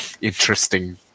interesting